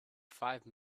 five